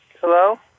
Hello